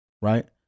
right